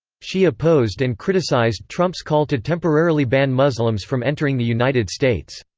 she opposed and criticized trump's call to temporarily ban muslims from entering the united states.